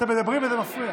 אתם מדברים וזה מפריע.